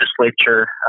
legislature